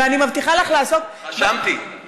ואני מבטיחה לך לעשות, רשמתי.